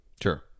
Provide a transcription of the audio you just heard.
sure